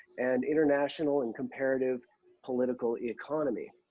and international and comparative political economy.